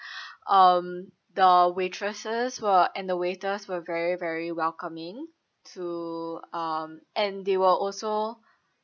um the waitresses were and the waiters were very very welcoming to um and they were also